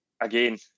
again